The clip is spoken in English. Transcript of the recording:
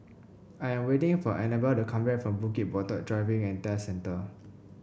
I am waiting for Annabel to come back from Bukit Batok Driving And Test Centre